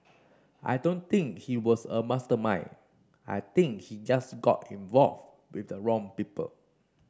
I don't think he was a mastermind I think he just got involved with the wrong people